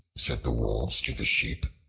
said the wolves to the sheep.